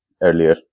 earlier